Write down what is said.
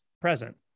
present